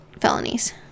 felonies